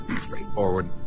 straightforward